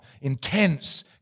intense